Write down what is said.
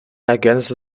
ergänzte